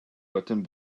button